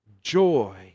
joy